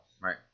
Right